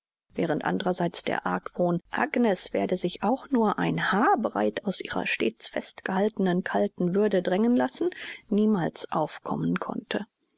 während andrerseits der argwohn agnes werde sich auch nur ein haarbreit aus ihrer stets festgehaltenen kalten würde drängen lassen niemals aufkommen konnte